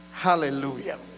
Hallelujah